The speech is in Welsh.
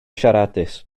siaradus